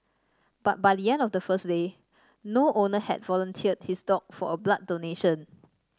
but by the end of the first day no owner had volunteered his dog for a blood donation